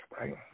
Right